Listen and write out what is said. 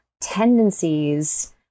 tendencies